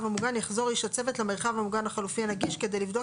המוגן יחזור איש הצוות למרחב המוגן החלופי הנגיש כדי לבדוק